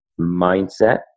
mindset